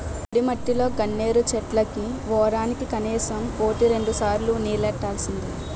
పొడిమట్టిలో గన్నేరు చెట్లకి వోరానికి కనీసం వోటి రెండుసార్లు నీల్లెట్టాల్సిందే